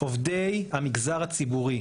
עובדי המגזר הציבורי,